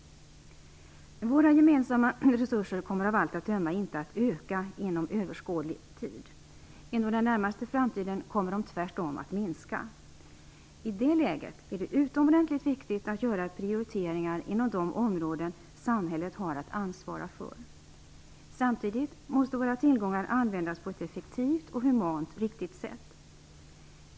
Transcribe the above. Våra gemensamma resurser kommer av allt att döma inte att öka inom överskådlig tid. Inom den närmaste framtiden kommer de tvärtom att minska. I det läget är det utomordentligt viktigt att göra prioriteringar inom de områden samhället har att ansvara för. Samtidigt måste våra tillgångar användas på ett effektivt och humant riktigt sätt.